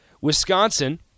Wisconsin